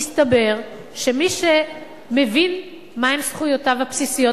מסתבר שמי שמבין מהן זכויותיו הבסיסיות,